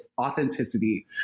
authenticity